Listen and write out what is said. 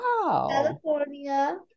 California